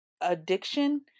addiction